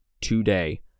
today